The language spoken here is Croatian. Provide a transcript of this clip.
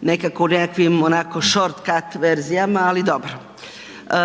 nekako u nekakvim shortcut verzijama, ali dobro.